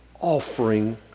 offering